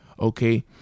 okay